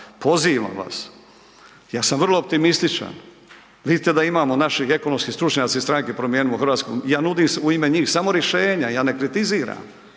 pozivam vas. Ja sam vrlo optimističan, vidite da imamo naših ekonomski stručnjaci iz stranke Promijenimo Hrvatsku, ja nudim u ime njih samo rješenja, ja ne kritiziram.